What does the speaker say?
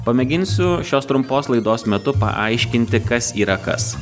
pamėginsiu šios trumpos laidos metu paaiškinti kas yra kas